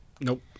Nope